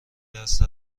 دست